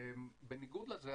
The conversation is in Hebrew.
בניגוד לזה,